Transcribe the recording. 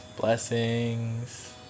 blessings